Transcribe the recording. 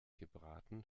gebraten